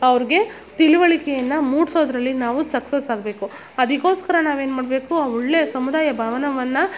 ಅವ್ರಿಗೆ ತಿಳುವಳಿಕೆಯನ್ನು ಮೂಡಿಸೋದ್ರಲ್ಲಿ ನಾವು ಸಕ್ಸಸ್ ಆಗಬೇಕು ಅದಕ್ಕೋಸ್ಕರ ನಾವೇನು ಮಾಡಬೇಕು ಒಳ್ಳೆ ಸಮುದಾಯ ಭವನವನ್ನ